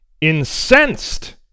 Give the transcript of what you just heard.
incensed